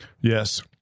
Yes